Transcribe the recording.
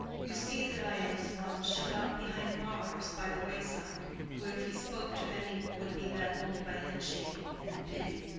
you see that i am as one shut up behind bars by the wayside, who if he spoke to any would be met only by head-shaking and pity.